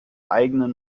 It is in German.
eigenen